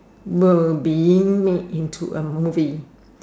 will being made into a movie